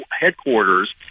headquarters